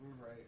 Right